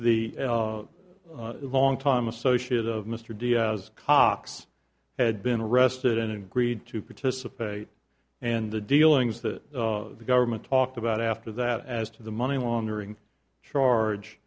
the longtime associate of mr diaz cox had been arrested and agreed to participate and the dealings that the government talked about after that as to the money laundering charge